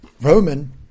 Roman